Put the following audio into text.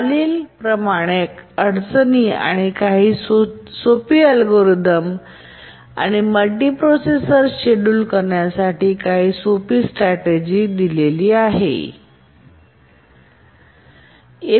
खालीलप्रमाणे अडचणी आणि काही सोपी अल्गोरिदम आणि मल्टीप्रोसेसर शेड्यूल करण्यासाठी काही सोपी स्ट्रेटेजि खालीलप्रमाणे